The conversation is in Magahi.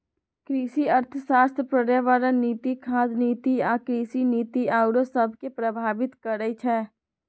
कृषि अर्थशास्त्र पर्यावरण नीति, खाद्य नीति आ कृषि नीति आउरो सभके प्रभावित करइ छै